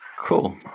cool